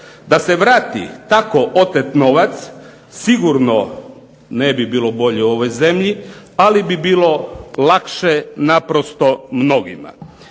da se vrati tako otet novac, sigurno ne bi bilo bolje u ovoj zemlji, ali bi bilo lakše naprosto mnogima.